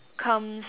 comes